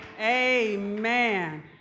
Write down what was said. Amen